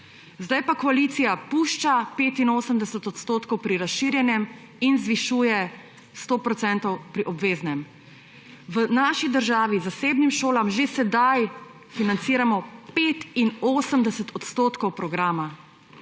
Zdaj pa koalicija pušča 85 % pri razširjenem in zvišuje na 100 % pri obveznem. V naši državi zasebnim šolam že sedaj financiramo 85 % programa,